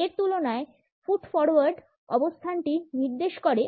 এর তুলনায় foot forward অবস্থানটি নির্দেশ করে